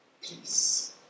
peace